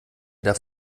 darf